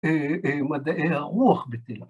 ‫מדעי הרוח בתל אביב.